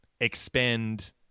expend